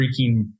freaking